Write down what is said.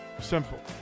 Simple